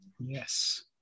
Yes